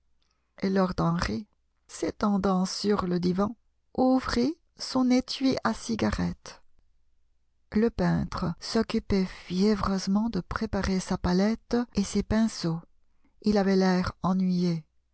lord henry s'étendant sur le divan ouvrit son étui à cigarettes le peintre s'occupait fiévreusement de préparer sa palette et ses pinceaux il avait l'air ennuyé